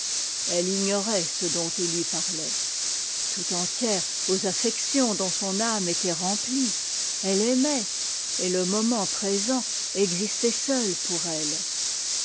eue ignorait ce dont i tui parlait tout entière aux affections dont son âme était rempfie elle aimait et e moment présent existait sëu pour e